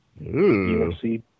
UFC